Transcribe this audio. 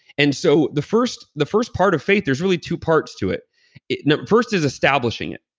and so the first the first part of faith, there's really two parts to it it first is establishing it.